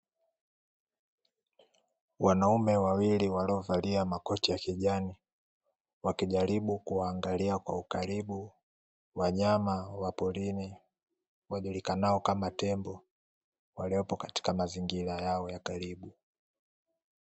Wanaume wawili waliovalia makoti ya kijani wakijaribu kuangalia kwa ukaribu wanyama wa porini wajulikanao kama tembo, waliopo katika mazingira yao ya karibu.